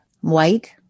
white